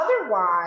otherwise